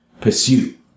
pursue